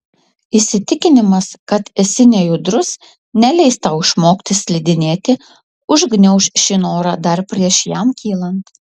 įsitikinimas kad esi nejudrus neleis tau išmokti slidinėti užgniauš šį norą dar prieš jam kylant